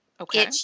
Okay